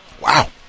Wow